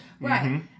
Right